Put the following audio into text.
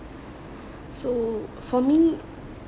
so for me